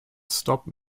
stop